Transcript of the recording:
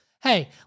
Hey